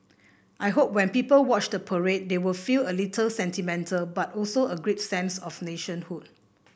I hope when people watch the parade they will feel a little sentimental but also a great sense of nationhood